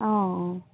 অঁ